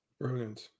Brilliant